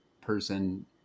person